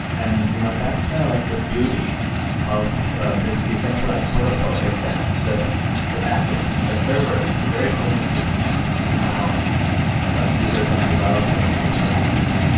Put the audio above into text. and you know that's kind of like the beauty of this decentralized protocol is that the the backend, the server is very homogenous in how users and developers interact with it.